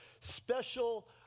special